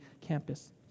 campus